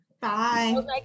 Bye